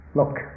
look